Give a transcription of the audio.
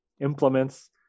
implements